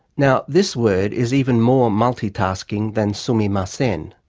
now this word is even more multi-tasking than sumimasen.